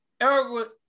Eric